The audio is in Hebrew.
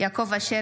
יעקב אשר,